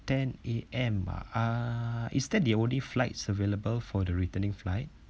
ten A_M ah uh is that the only flights available for the returning flight